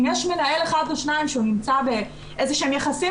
אם יש מנהל אחד או שניים שהוא נמצא באיזה שהם יחסים